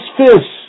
fish